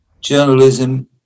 journalism